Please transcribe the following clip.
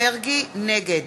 נגד